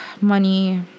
money